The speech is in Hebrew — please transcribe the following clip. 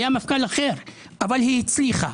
היה מפכ"ל אחר אבל הצליחה.